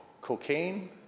cocaine